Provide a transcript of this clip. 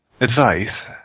advice